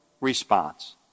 response